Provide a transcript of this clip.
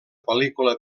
pel·lícula